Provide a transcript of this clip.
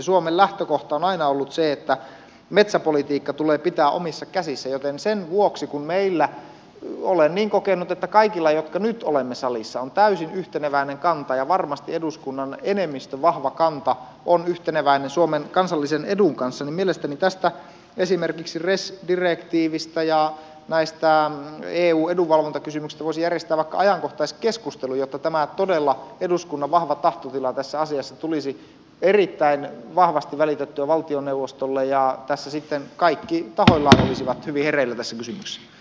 suomen lähtökohta on aina ollut se että metsäpolitiikka tulee pitää omissa käsissä joten sen vuoksi kun meillä ei ole ennen kokenut että kaikilla jotka nyt olemme salissa niin olen kokenut on täysin yhteneväinen kanta ja varmasti eduskunnan enemmistön vahva kanta on yhteneväinen suomen kansallisen edun kanssa niin mielestäni esimerkiksi tästä res direktiivistä ja näistä eu edunvalvontakysymyksistä voisi järjestää vaikka ajankohtaiskeskustelun jotta todella tämä eduskunnan vahva tahtotila tässä asiassa tulisi erittäin vahvasti välitettyä valtioneuvostolle ja tässä sitten kaikki tahoillaan olisivat hyvin hereillä tässä kysymyksessä